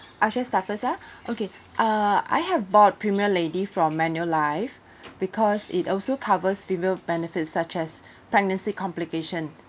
I shall start first ah okay uh I have bought premier lady from manulife because it also covers female benefits such as pregnancy complication